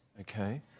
Okay